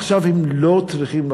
עכשיו הם לא צריכים לחזור.